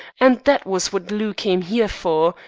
and that was what lou came here for,